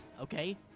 Okay